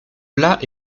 plats